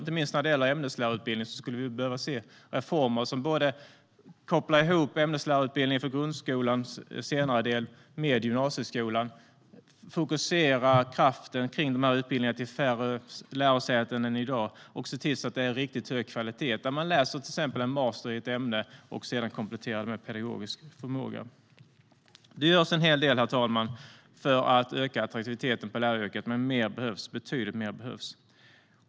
Inte minst när det gäller ämneslärarutbildningen skulle vi behöva se reformer som kopplar ihop ämneslärarutbildningen för grundskolans senare del med gymnasieskolan, fokuserar kraften kring dessa utbildningar till färre lärosäten än i dag och ser till att kvaliteten är riktigt hög. Man ska till exempel kunna läsa en master i ett ämne och sedan komplettera med pedagogisk förmåga. Det görs en hel del, herr talman, för att öka attraktiviteten hos läraryrket. Men betydligt mer behövs.